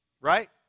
Right